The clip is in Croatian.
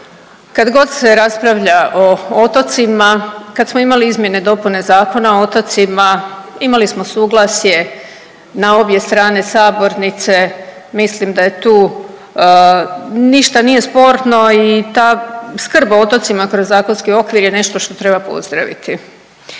i kad se raspravlja o otocima, kad smo imali izmjene i dopune Zakona o otocima, imali smo suglasje na obje strane sabornice, mislim daje tu, ništa nije sporno i ta skrb o otocima kroz zakonski okvir je nešto što treba pozdraviti.